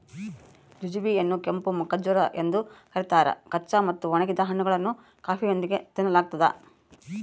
jujube ಯನ್ನುಕೆಂಪು ಖರ್ಜೂರ ಎಂದು ಕರೀತಾರ ಕಚ್ಚಾ ಮತ್ತು ಒಣಗಿದ ಹಣ್ಣುಗಳನ್ನು ಕಾಫಿಯೊಂದಿಗೆ ತಿನ್ನಲಾಗ್ತದ